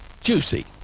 juicy